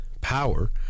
power